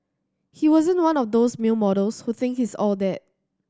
he wasn't one of those male models who think he's all that